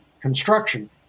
construction